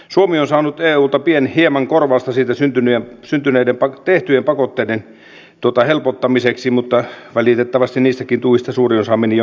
suomi on saanut eulta hieman korvausta siitä syntyneen syntyneiden on tehty jopa tehtyjen pakotteiden helpottamiseksi mutta valitettavasti niistäkin tuista suurin osa meni jonnekin muualle